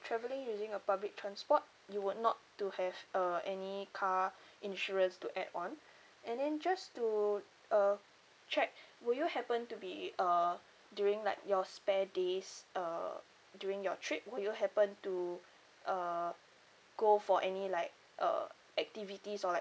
travelling using a public transport you would not to have uh any car insurance to add on and then just to uh check would you happen to be uh during like your spare days uh during your trip would you happen to uh go for any like uh activities or like